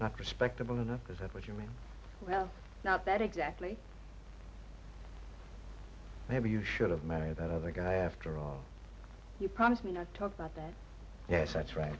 not respectable enough because that's what you mean well not that exactly maybe you should have married that other guy after all you promised me not to talk about that yes that's right